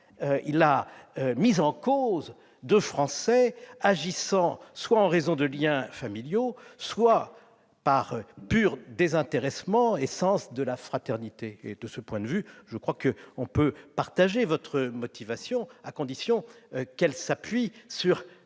la mise en cause de Français agissant soit en raison de liens familiaux, soit par pur désintéressement et sens de la fraternité. De ce point de vue, on peut partager votre motivation, à condition qu'elle s'appuie sur